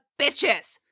bitches